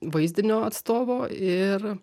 vaizdinio atstovo ir